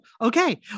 okay